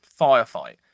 firefight